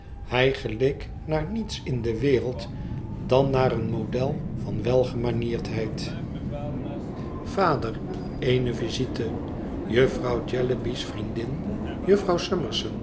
hij geleek naar niets in de wereld dan naar een model van welgemanierdheid vader i eene visite jufvrouw jellyby's vriendin